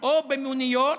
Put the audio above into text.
או במוניות,